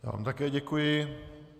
Já vám také děkuji.